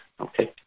okay